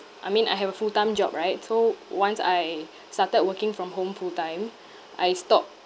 I mean I have a full time job right so once I started working from home full time I stopped